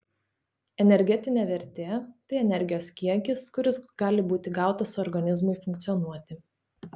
energetinė vertė tai energijos kiekis kuris gali būti gautas organizmui funkcionuoti